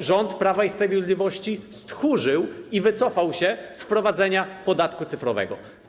rząd Prawa i Sprawiedliwości stchórzył i wycofał się z wprowadzenia podatku cyfrowego?